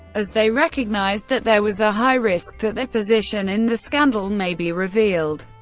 as they recognised that there was a high risk that their position in the scandal may be revealed.